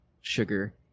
sugar